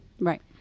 Right